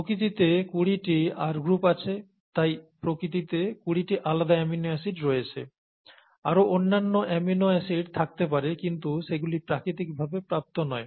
প্রকৃতিতে কুড়িটি R group আছে তাই প্রকৃতিতে কুড়িটি আলাদা অ্যামিনো অ্যাসিড রয়েছে আরো অন্যান্য অ্যামিনো অ্যাসিড থাকতে পারে কিন্তু সেগুলি প্রাকৃতিক ভাবে প্রাপ্ত নয়